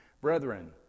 Brethren